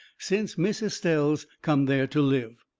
since miss estelle's come there to live.